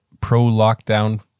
pro-lockdown